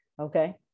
okay